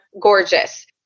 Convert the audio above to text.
gorgeous